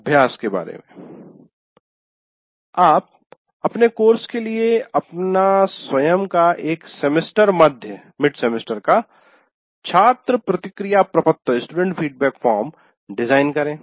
अभ्यास आप अपने कोर्स के लिए अपना स्वयं का एक 'सेमेस्टर मध्य' का 'छात्र प्रतिक्रिया प्रपत्र" डिज़ाइन करें